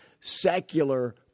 secular